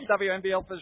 WNBL